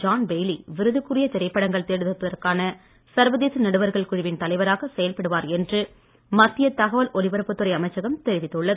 John Bailey விருதுக்குரிய திரைப்படங்கள் தேர்ந்தெடுப்பதற்கான சர்வதேச நடுவர்கள் குழுவின் தலைவராக செயல்படுவார் என்று மத்திய தகவல் ஒலிபரப்பத் துறை அமைச்சகம் தெரிவித்துள்ளது